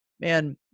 man